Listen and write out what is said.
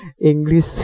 English